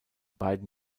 beiden